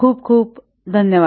खूप खूप धन्यवाद